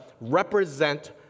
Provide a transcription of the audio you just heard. represent